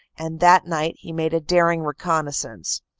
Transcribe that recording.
and that night he made a daring reconnaissance.